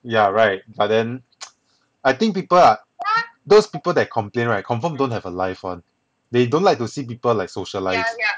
yeah right but then I think people ah those people that complain right confirm don't have a life [one] they don't like to see people like socialise